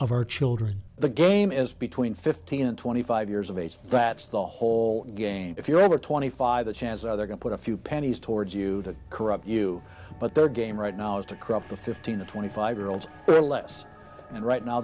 of our children the game is between fifteen and twenty five years of age that's the whole game if you're over twenty five the chances are there to put a few pennies towards you to corrupt you but their game right now is to corrupt the fifteen to twenty five year olds who are less and right now